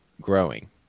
growing